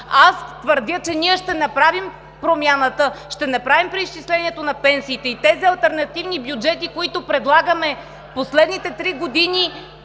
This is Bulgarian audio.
аз твърдя, че ние ще направим промяната, ще направим преизчислението на пенсиите и тези алтернативни бюджети, които предлагаме в последните три години,